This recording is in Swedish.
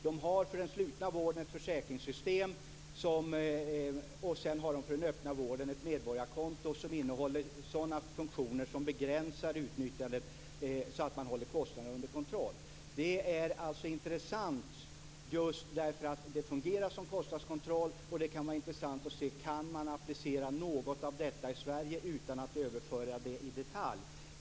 De har för den slutna vården ett försäkringssystem och för den öppna vården ett medborgarkonto som innehåller sådana funktioner som begränsar utnyttjandet så att man håller kostnaderna under kontroll. Det är intressant just för att det fungerar som kostnadskontroll. Det kan vara intressant att se om man kan applicera något av detta i Sverige utan att överföra det i detalj.